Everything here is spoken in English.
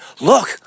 look